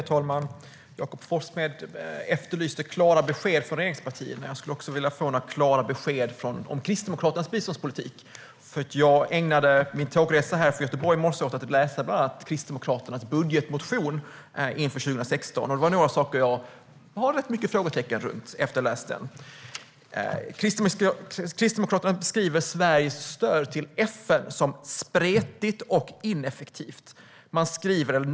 Herr talman! Jakob Forssmed efterlyste klara besked från regeringspartierna. Jag skulle vilja få några klara besked om Kristdemokraternas biståndspolitik. Jag ägnade nämligen min tågresa från Göteborg hit i morse åt att läsa bland annat Kristdemokraternas budgetmotion inför 2016, och det är några saker jag har rätt mycket frågetecken runt efter att ha läst den. Kristdemokraterna beskriver Sveriges stöd till FN som "ineffektivt och spretigt".